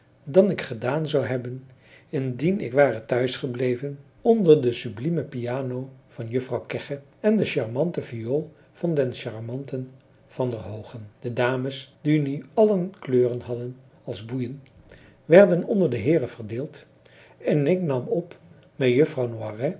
dan ik gedaan zou hebben indien ik ware thuisgebleven onder de sublieme piano van juffrouw kegge en de charmante viool van den charmanten van der hoogen de dames die nu allen kleuren hadden als boeien werden onder de heeren verdeeld en ik nam op mij juffrouw